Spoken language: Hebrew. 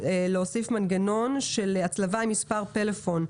להוסיף מנגנון של הצלבה עם מספר פלאפון.